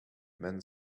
men